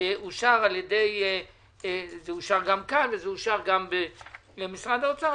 גם כאן וגם במשרד האוצר.